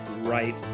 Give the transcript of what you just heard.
right